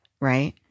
right